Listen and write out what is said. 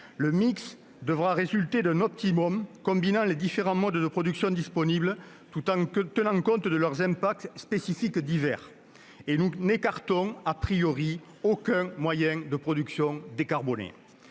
Le mix devra résulter d'un optimum combinant les différents modes de production disponibles, tout en tenant compte de leurs divers effets spécifiques. Nous n'écartons aucun moyen de production décarboné.